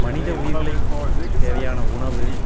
மனித உயிர்களில் தேவையான உணவு